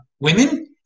women